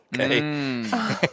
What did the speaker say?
okay